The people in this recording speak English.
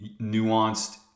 nuanced